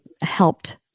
helped